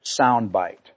soundbite